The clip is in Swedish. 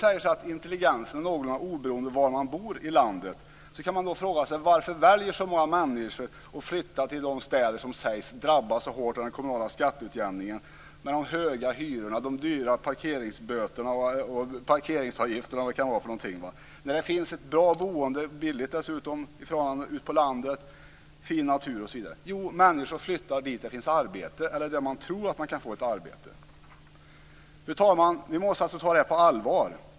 Om nu intelligensen är någorlunda oberoende av var man bor i landet kan man fråga sig: Varför väljer så många människor att flytta till de städer som sägs drabbas så hårt av den kommunala skatteutjämningen med höga hyror och höga parkeringsavgifter när det finns ett bra boende som dessutom är billigt ute på landet, fin natur osv.? Jo, människor flyttar dit där det finns arbete eller där man tror att man kan få ett arbete. Fru talman! Vi måste alltså ta detta på allvar.